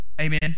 Amen